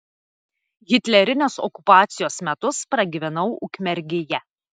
hitlerinės okupacijos metus pragyvenau ukmergėje